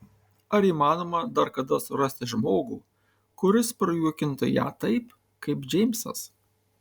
ar įmanoma dar kada surasti žmogų kuris prajuokintų ją taip kaip džeimsas